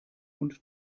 und